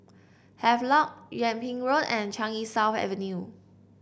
Havelock Yung Ping Road and Changi South Avenue